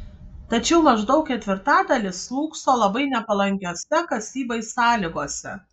tačiau maždaug ketvirtadalis slūgso labai nepalankiose kasybai sąlygose